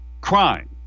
crime